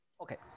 okay